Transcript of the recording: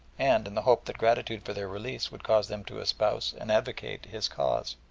and in the hope that gratitude for their release would cause them to espouse and advocate his cause.